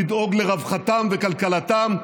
לדאוג לרווחתם וכלכלתם,